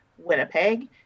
Winnipeg